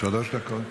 שלוש דקות.